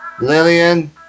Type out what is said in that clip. Lillian